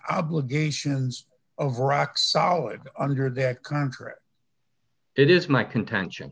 obligations of rock solid under the contract it is my contention